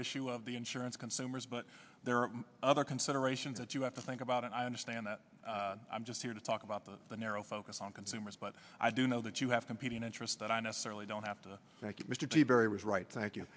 issue of the insurance consumers but there are other considerations that you have to think about and i understand that i'm just here to talk about the narrow focus on consumers but i do know that you have competing interests that i necessarily don't have to thank you mr seabury was right thank you